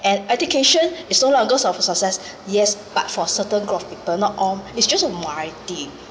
and education is no longer source of success yes but for certain people not all it's just minority